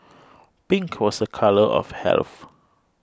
pink was a colour of health